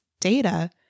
Data